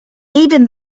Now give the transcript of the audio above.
even